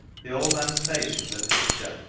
the old man's face was a picture.